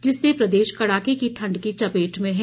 जिससे प्रदेश कड़ाके की ठंड की चपेट में है